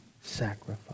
sacrifice